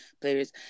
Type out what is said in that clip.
players